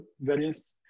various